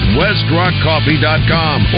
westrockcoffee.com